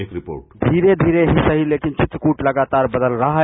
एक रिपोर्ट धीरे ही सही लेकिन चित्रकूट लगातार बदल रहा है